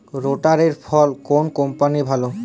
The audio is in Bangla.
রোটারের ফল কোন কম্পানির ভালো?